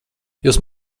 jūs